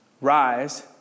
Rise